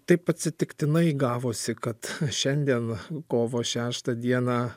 taip atsitiktinai gavosi kad šiandien kovo šeštą dieną